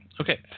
Okay